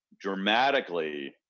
dramatically